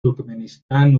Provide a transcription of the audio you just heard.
turkmenistán